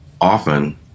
often